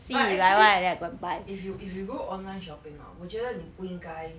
but actually if you if you go online shopping ah 我觉得你不应该